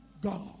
God